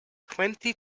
twenty